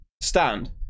stand